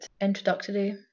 introductory